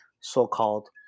so-called